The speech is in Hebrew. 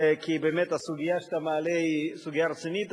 כי באמת הסוגיה שאתה מעלה היא סוגיה רצינית.